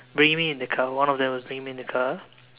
bringing me in the car one of them was bringing me in the car